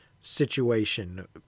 situation